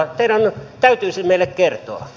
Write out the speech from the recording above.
teidän täytyy se meille kertoa